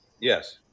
Yes